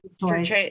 choice